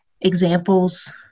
examples